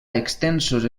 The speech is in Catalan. extensos